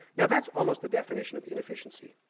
now that's almost the definition of inefficiency.